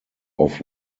off